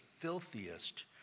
filthiest